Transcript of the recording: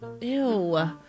Ew